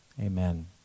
Amen